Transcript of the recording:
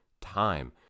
time